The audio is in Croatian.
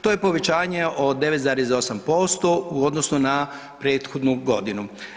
To je povećanje od 9,8% u odnosu na prethodnu godinu.